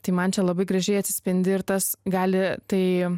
tai man čia labai gražiai atsispindi ir tas gali tai